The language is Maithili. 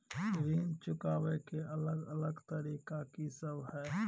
ऋण चुकाबय के अलग अलग तरीका की सब हय?